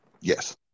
yes